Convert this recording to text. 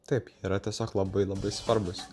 taip jie yra tiesiog labai labai svarbūs